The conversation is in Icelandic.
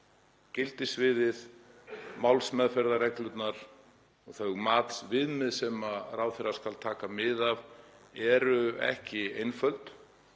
gildissviðið, málsmeðferðarreglurnar, þau matsviðmið sem ráðherra skal taka mið af, er ekki einfalt